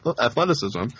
athleticism